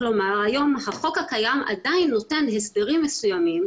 כלומר היום החוק הקיים עדיין נותן הסדרים מסוימים,